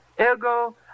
Ergo